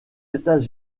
états